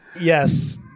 yes